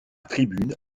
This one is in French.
tribune